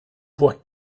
voit